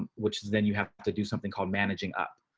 which is then you have to do something called managing up